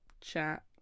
chat